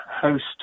host